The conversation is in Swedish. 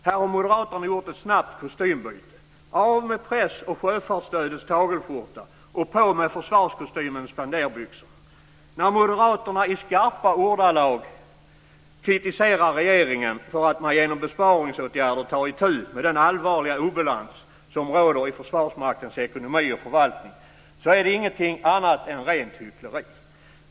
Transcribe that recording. Här har moderaterna gjort ett snabbt kostymbyte - av med press och sjöfartsstödets tagelskjorta och på med försvarskostymens spenderbyxor. När moderaterna i skarpa ordalag kritiserar regeringen för att man genom besparingsåtgärder tar itu med den allvarliga obalans som råder i Försvarsmaktens ekonomi och förvaltning så är det ingenting annat än rent hyckleri.